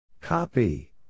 Copy